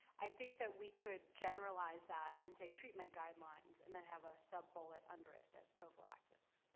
i think that we could generalize that and say treatment guidelines and then have a sub-bullet under it that's prophylaxis.